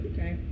Okay